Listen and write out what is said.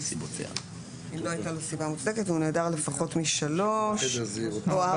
אם לא הייתה לו סיבה מוצדקת והוא נעדר לפחות משלוש או ארבע,